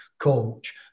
Coach